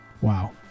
wow